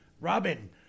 Robin